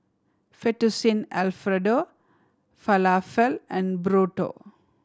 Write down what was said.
Fettuccine Alfredo Falafel and Burrito